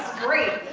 great.